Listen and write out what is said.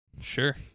Sure